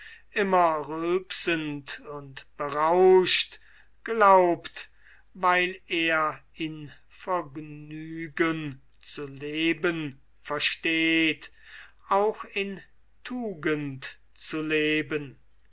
immer rülpsend und berauscht glaubt weil er in vergnügen zu leben versteht auch in tugend zu leben